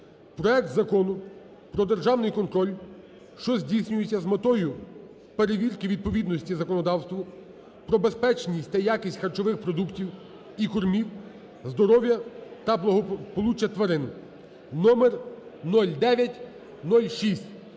проект Закону про державний контроль, що здійснюється з метою перевірки відповідності законодавству про безпечність та якість харчових продуктів і кормів, здоров'я та благополуччя тварин (номер 0906).